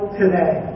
today